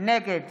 נגד